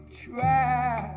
try